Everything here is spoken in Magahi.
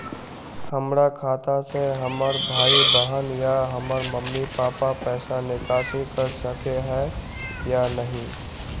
हमरा खाता से हमर भाई बहन या हमर मम्मी पापा पैसा निकासी कर सके है या नहीं?